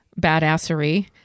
badassery